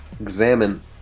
examine